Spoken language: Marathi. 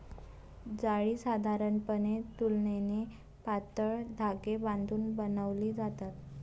जाळी साधारणपणे तुलनेने पातळ धागे बांधून बनवली जातात